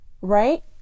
right